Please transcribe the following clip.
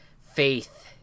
faith